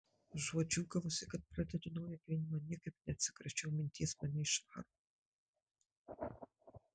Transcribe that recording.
užuot džiūgavusi kad pradedu naują gyvenimą niekaip neatsikračiau minties mane išvaro